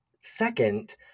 Second